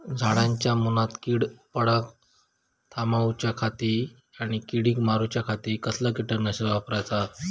झाडांच्या मूनात कीड पडाप थामाउच्या खाती आणि किडीक मारूच्याखाती कसला किटकनाशक वापराचा?